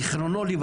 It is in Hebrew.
ז"ל,